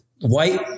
white